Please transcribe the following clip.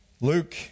Luke